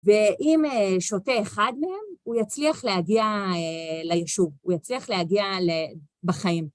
ואם שותה אחד מהם, הוא יצליח להגיע ליישוב, הוא יצליח להגיע בחיים.